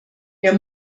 der